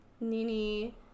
Nini